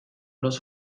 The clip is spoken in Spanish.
los